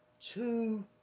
two